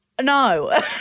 no